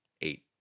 eight